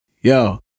yo